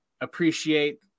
appreciate